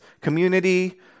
community